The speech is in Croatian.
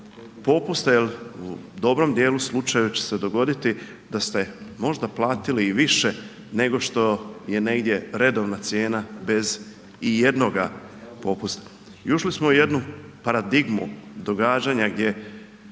popusta jer u dobrom dijelu slučaja će se dogoditi da ste možda platili i više nego što je negdje redovna cijena bez i jednoga popusta. I ušli smo u jednu paradigmu događanja gdje